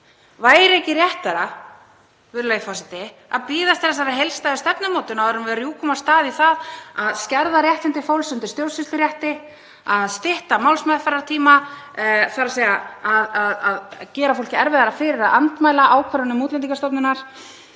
Væri ekki réttara, virðulegi forseti, að bíða eftir þessari heildstæðu stefnumótun áður en við rjúkum af stað í það að skerða réttindi fólks undir stjórnsýslurétti, stytta málsmeðferðartíma, þ.e. gera fólki erfiðara fyrir að andmæla ákvörðunum Útlendingastofnunar,